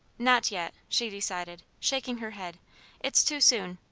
not yet, she decided, shaking her head it's too soon.